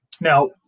Now